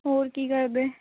ਹੋਰ ਕੀ ਕਰਦੇ